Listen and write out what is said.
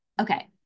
Okay